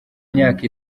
myaka